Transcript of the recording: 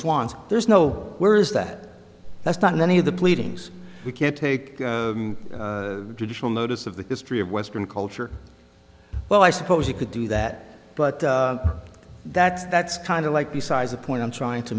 swans there's no where is that that's not in any of the pleadings you can't take judicial notice of the history of western culture well i suppose you could do that but that's that's kind of like besides the point i'm trying to